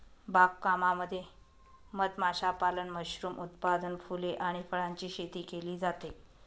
बाग कामामध्ये मध माशापालन, मशरूम उत्पादन, फुले आणि फळांची शेती केली जाते